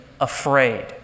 afraid